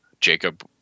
Jacob